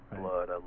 blood